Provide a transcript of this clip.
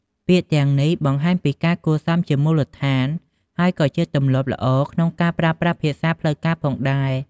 ពាក្យទាំងនេះបង្ហាញពីការគួរសមជាមូលដ្ឋាន ហើយក៏ជាទម្លាប់ល្អក្នុងការប្រើប្រាស់ភាសាផ្លូវការផងដែរ។